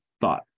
thought